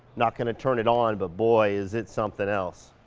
not gonna turn it on but boy is it something else.